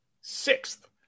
sixth